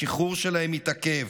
השחרור שלהם מתעכב.